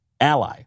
ally